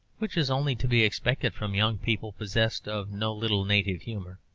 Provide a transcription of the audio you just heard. which is only to be expected from young people possessed of no little native humour.